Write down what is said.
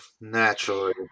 naturally